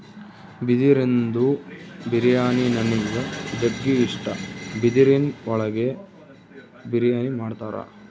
ಬಿದಿರಿಂದು ಬಿರಿಯಾನಿ ನನಿಗ್ ಜಗ್ಗಿ ಇಷ್ಟ, ಬಿದಿರಿನ್ ಒಳಗೆ ಬಿರಿಯಾನಿ ಮಾಡ್ತರ